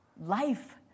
life